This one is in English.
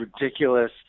ridiculous